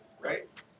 Right